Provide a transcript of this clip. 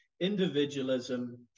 individualism